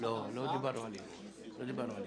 לא, לא דיברנו על זה, דיברנו על